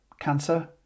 cancer